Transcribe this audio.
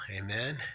Amen